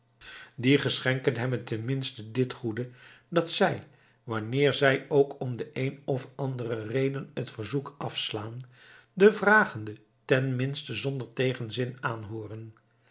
die geschenken hebben tenminste dit goede dat zij wanneer zij ook om de een of ander reden het verzoek afslaan den vragende tenminste zonder tegenzin aanhooren